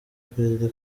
perezida